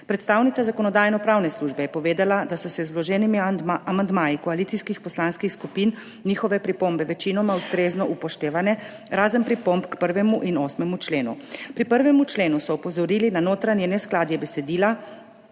Predstavnica Zakonodajno-pravne službe je povedala, da so z vloženimi amandmaji koalicijskih poslanskih skupin njihove pripombe večinoma ustrezno upoštevane, razen pripomb k 1. in 8. členu. Pri 1. členu so opozorili na notranje neskladje besedila,